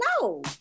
No